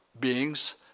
beings